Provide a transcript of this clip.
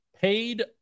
paid